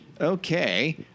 Okay